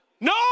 no